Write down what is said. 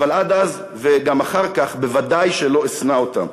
אבל עד אז וגם אחר כך בוודאי שלא אשנא אותם.